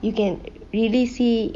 you can really see